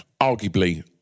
arguably